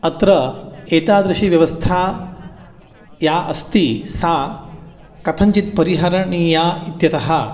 अत्र एतादृशी व्यवस्था या अस्ति सा कथञ्चित् परिहरणीया इत्यतः